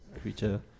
creature